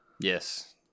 Yes